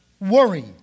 worry